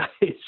guys